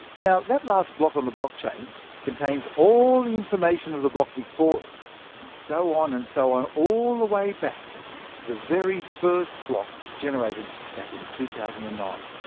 now that last block on the blockchain contains all the information of the block before it and so on, and so all the way back to the very first block generated back in two thousand and nine.